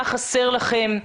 מה חסר לכם,